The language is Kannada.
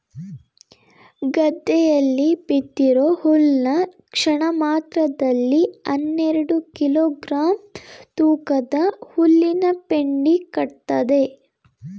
ಗದ್ದೆಯಲ್ಲಿ ಬಿದ್ದಿರೋ ಹುಲ್ನ ಕ್ಷಣಮಾತ್ರದಲ್ಲಿ ಹನ್ನೆರೆಡು ಕಿಲೋ ಗ್ರಾಂ ತೂಕದ ಹುಲ್ಲಿನಪೆಂಡಿ ಕಟ್ತದೆ